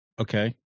Okay